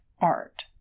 art